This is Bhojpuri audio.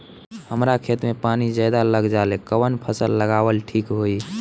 हमरा खेत में पानी ज्यादा लग जाले कवन फसल लगावल ठीक होई?